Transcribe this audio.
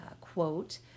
quote